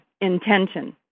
intention